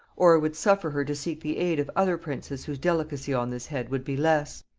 or would suffer her to seek the aid of other princes whose delicacy on this head would be less,